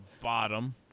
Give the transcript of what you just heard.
bottom